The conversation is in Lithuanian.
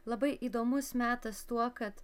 labai įdomus metas tuo kad